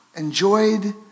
enjoyed